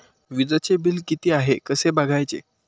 वीजचे बिल किती आहे कसे बघायचे?